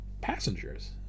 passengers